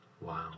Wow